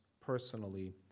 personally